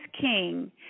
king